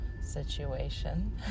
situation